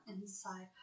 inside